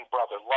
Brother